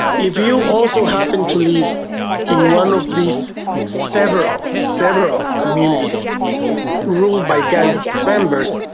if you also happen to live in one of these several several communities ruled by gang members,